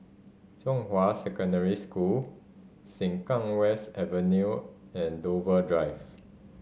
Zhonghua Secondary School Sengkang West Avenue and Dover Drive